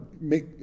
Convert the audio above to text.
make